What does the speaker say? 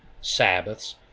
Sabbaths